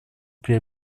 при